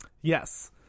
yes